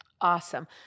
Awesome